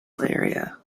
area